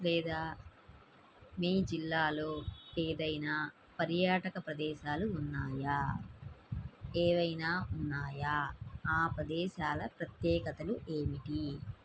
లేదా మీ జిల్లాలో ఏదైనా పర్యాటక ప్రదేశాలు ఉన్నాయా ఏమైనా ఉన్నాయా ఆ ప్రదేశాల ప్రత్యేకతలు ఏమిటి